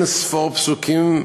אין-ספור פסוקים,